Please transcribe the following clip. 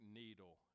needle